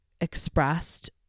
expressed